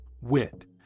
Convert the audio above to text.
wit